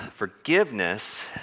Forgiveness